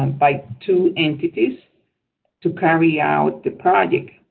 um by two entities to carry out the project,